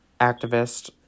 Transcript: activist